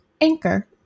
Anchor